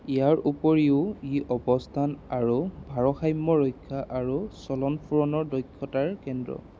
ইয়াৰ উপৰিও ই অৱস্থান আৰু ভাৰসাম্য ৰক্ষা আৰু চলন ফুৰণৰ দক্ষতাৰ কেন্দ্ৰ